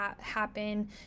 happen